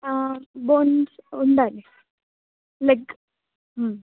bones ఉండాలి leg